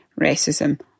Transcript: racism